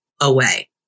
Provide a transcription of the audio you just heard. away